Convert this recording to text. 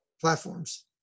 platforms